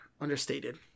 understated